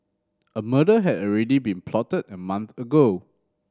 a murder had already been plotted a month ago